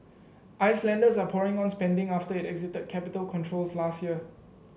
Icelanders are pouring on spending after it exited capital controls last year